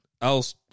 else